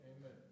Amen